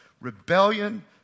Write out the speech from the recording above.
rebellion